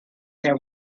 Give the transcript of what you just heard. there